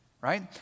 Right